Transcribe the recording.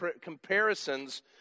comparisons